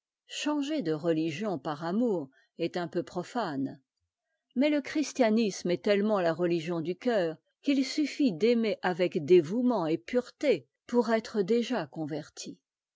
changer de religion par amour est un peu profane mais le christianisme est tellement la religion du cœur qu'il suffit d'aimer avec dévouement et pureté pour être déjà converti